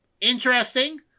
interesting